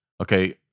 Okay